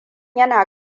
yana